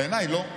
בעיניי לא.